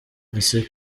isi